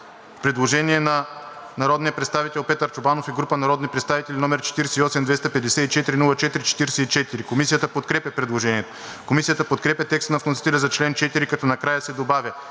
Предложение на народния представител Петър Чобанов и група народни представители, № 48-254-04-44. Комисията подкрепя предложението. Комисията подкрепя текста на вносителя за чл. 4, като накрая се добавя